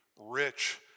rich